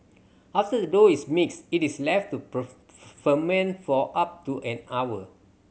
after the dough is mixed it is left to ferment for up to an hour